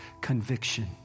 conviction